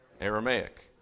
Aramaic